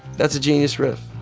that's a genius riff.